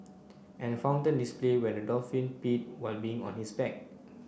and a fountain display when a dolphin peed while being on his back